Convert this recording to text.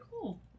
cool